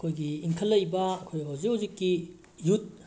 ꯑꯩꯈꯣꯏꯒꯤ ꯏꯪꯈꯠꯂꯛꯏꯕ ꯑꯩꯈꯣꯏ ꯍꯧꯖꯤꯛ ꯍꯧꯖꯤꯛꯀꯤ ꯌꯨꯠ